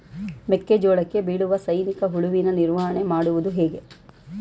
ಮೆಕ್ಕೆ ಜೋಳಕ್ಕೆ ಬೀಳುವ ಸೈನಿಕ ಹುಳುವಿನ ನಿರ್ವಹಣೆ ಮಾಡುವುದು ಹೇಗೆ?